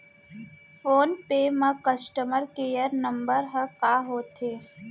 Phone पे म customer care number ह का होथे?